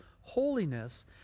holiness